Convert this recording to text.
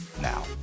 now